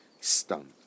stunned